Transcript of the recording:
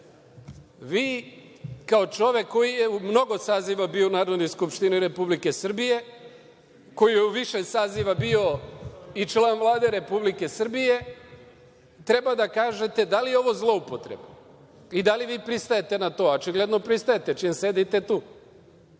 Vi kao čovek koji je u mnogo saziva bio u Narodnoj skupštini Republike Srbije, koji je u više saziva bio i član Vlade Republike Srbije, treba da kažete da li je ovo zloupotreba i da li vi pristajete na to? Očigledno pristajete, čim sedite tu